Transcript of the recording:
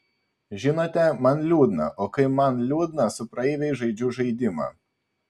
žinote man liūdna o kai man liūdna su praeiviais žaidžiu žaidimą